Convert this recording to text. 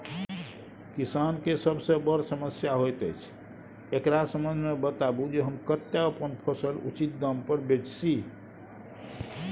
किसान के सबसे बर समस्या होयत अछि, एकरा संबंध मे बताबू जे हम कत्ते अपन फसल उचित दाम पर बेच सी?